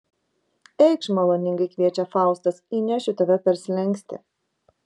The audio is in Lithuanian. eikš maloningai kviečia faustas įnešiu tave per slenkstį